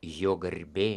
jo garbė